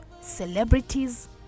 celebrities